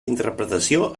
interpretació